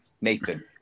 Nathan